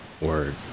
word